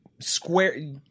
square